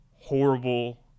horrible